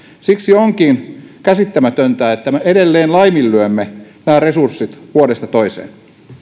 siksi onkin käsittämätöntä että me edelleen laiminlyömme nämä resurssit vuodesta toiseen